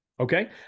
Okay